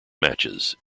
matches